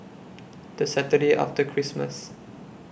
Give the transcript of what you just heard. The Saturday after Christmas